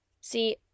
See